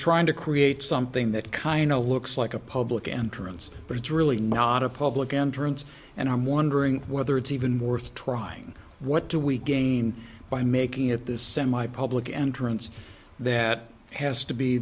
trying to create something that kind of looks like a public entrance but it's really not a public entrance and i'm wondering whether it's even worth trying what do we gain by making at this semipublic entrance that has to be